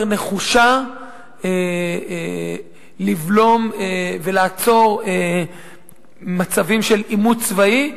נחושה לבלום ולעצור מצבים של עימות צבאי,